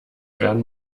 werden